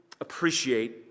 appreciate